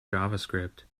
javascript